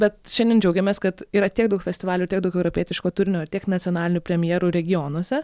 bet šiandien džiaugiamės kad yra tiek daug festivalių tiek daug europietiško turinio ir tiek nacionalinių premjerų regionuose